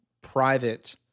private